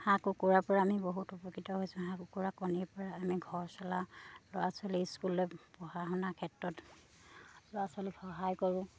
হাঁহ কুকুৰাৰ পৰা আমি বহুত উপকৃত হৈছোঁ হাঁহ কুকুৰা কণীৰ পৰা আমি ঘৰ চলা ল'ৰা ছোৱালী স্কুললৈ পঢ়া শুনা ক্ষেত্ৰত ল'ৰা ছোৱালীক সহায় কৰোঁ